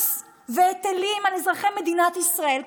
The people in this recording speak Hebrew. מס והיטלים על אזרחי מדינת ישראל,